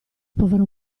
povero